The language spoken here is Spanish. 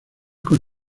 con